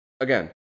again